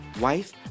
wife